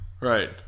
Right